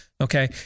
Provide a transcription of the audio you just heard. Okay